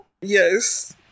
Yes